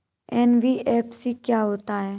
NBFC क्या होता है?